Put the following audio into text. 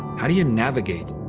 how do you navigate?